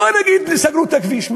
בוא נגיד סגרו את הכביש.